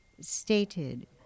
stated